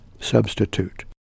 substitute